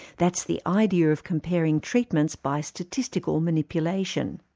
that's the idea of comparing treatments by statistical manipulation.